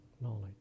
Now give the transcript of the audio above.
knowledge